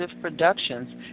Productions